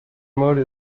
mode